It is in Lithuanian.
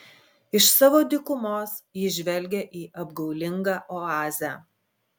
iš savo dykumos ji žvelgia į apgaulingą oazę